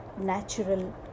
natural